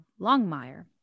Longmire